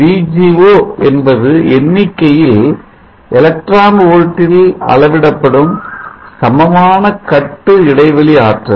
VGO என்பது எண்ணிக்கையில் electron volt ல் அளவிடப்படும்சமமான கட்டு இடைவெளி ஆற்றல்